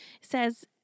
says